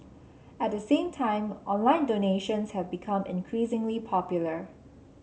at the same time online donations have become increasingly popular